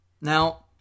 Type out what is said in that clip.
Now